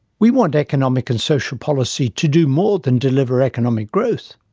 we want economic and social policy to do more than deliver economic growth.